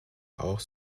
auch